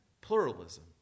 Pluralism